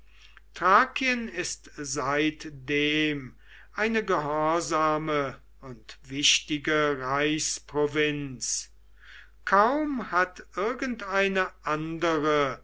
thrakien ist seitdem eine gehorsame und wichtige reichsprovinz kaum hat irgendeine andere